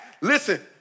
listen